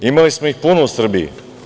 Imali smo ih puno u Srbiji.